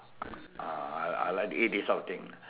ah I I like to eat this sort of thing